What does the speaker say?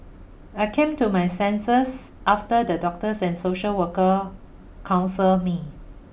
I came to my senses after the doctors and social workers counselled me